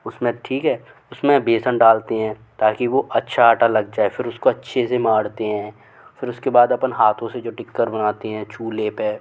उस में ठीक है उस में बेसन डालते हैं ताकि वो अच्छा आटा लग जाए फिर उसको अच्छे से माड़ते हैं फिर उसके बाद अपन हाथों से जो टिक्कर बनाते हैं चूल्हे पर